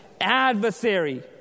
Adversary